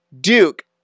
Duke